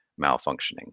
malfunctioning